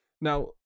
Now